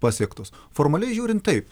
pasiektos formaliai žiūrint taip